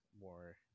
more